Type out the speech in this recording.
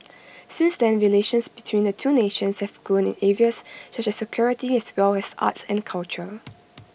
since then relations between the two nations have grown in areas such as security as well as arts and culture